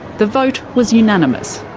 the vote was unanimous.